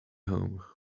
home